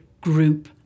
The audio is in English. group